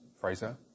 Fraser